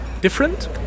different